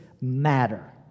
matter